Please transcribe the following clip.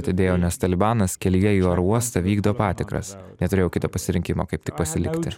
atidėjo nes talibanas kelyje į oro uostą vykdo patikras neturėjau kito pasirinkimo kaip tik pasilikti